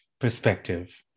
perspective